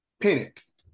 Penix